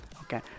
Okay